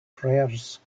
prayers